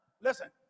Listen